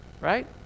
right